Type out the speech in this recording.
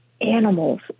animals